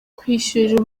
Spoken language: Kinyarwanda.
kwishyurira